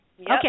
Okay